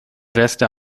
resta